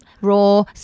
Raw